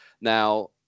now